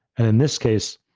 and this case,